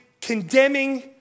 condemning